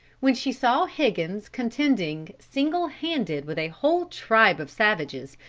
when she saw higgins contending single-handed with a whole tribe of savages,